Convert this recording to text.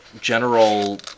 general